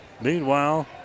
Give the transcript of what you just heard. Meanwhile